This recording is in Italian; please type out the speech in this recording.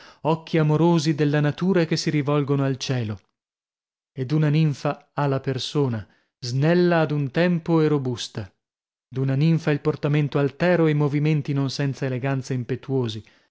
occhi amorosi della natura che si rivolgono al cielo e d'una ninfa ha la persona snella ad un tempo e robusta d'una ninfa il portamento altero e i movimenti non senza eleganza impetuosi